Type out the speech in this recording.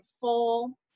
full